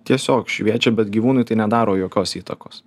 tiesiog šviečia bet gyvūnui tai nedaro jokios įtakos